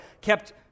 kept